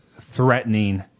threatening